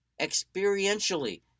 experientially